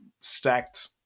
stacked